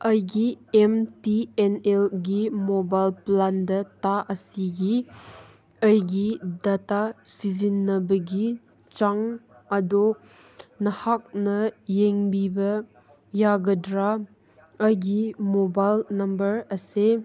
ꯑꯩꯒꯤ M T N ꯑꯦꯜꯒꯤ mobile plan data ꯑꯁꯤꯒꯤ ꯑꯩꯒꯤ ꯗꯇꯥ ꯁꯤꯖꯤꯟꯅꯕꯒꯤ ꯆꯥꯡ ꯑꯗꯨ ꯅꯍꯥꯛꯅ ꯌꯦꯡꯕꯤꯕ ꯌꯥꯒꯗ꯭ꯔ ꯑꯩꯒꯤ ꯃꯣꯕꯥꯜ ꯅꯝꯕꯔ ꯑꯁꯤ